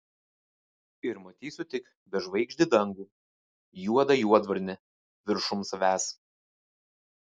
ir matysiu tik bežvaigždį dangų juodą juodvarnį viršum savęs